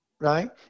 right